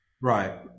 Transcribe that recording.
Right